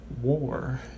War